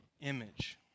image